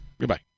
Goodbye